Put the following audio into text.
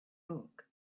book